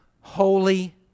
holy